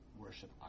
worship